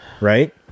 Right